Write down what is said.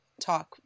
talk